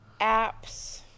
Apps